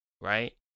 right